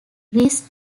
greece